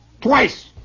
twice